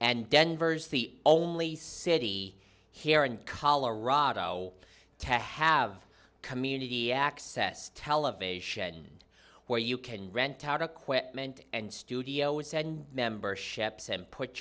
and denver's the only city here in colorado tech have community access television where you can rent out a quick meant and studio is send memberships and put